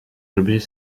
objets